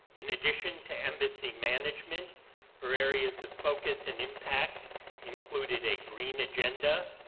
in addition to embassy management her areas of focus and impact included a green agenda,